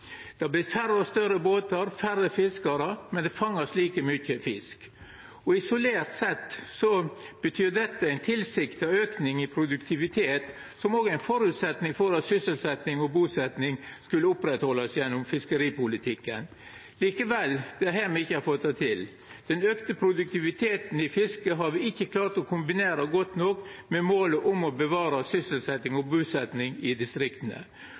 Det har vorte færre og større båtar, færre fiskarar, men ein fangar like mykje fisk. Isolert sett betyr dette ein tilsikta auke i produktivitet, som òg er ein føresetnad for at sysselsetjing og busetjing skal oppretthaldast gjennom fiskeripolitikken. Likevel: Det er her me ikkje har fått det til. Den auka produktiviteten i fisket har me ikkje klart å kombinera godt nok med målet om å bevara sysselsetjing og busetjing i distrikta.